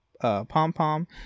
pom-pom